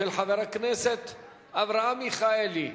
נתקבלה.